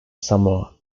samoa